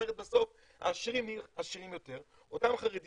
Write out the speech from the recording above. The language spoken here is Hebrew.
בסוף העשירים נהיים עשירים יותר, אותן חברות